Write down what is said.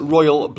Royal